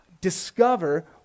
discover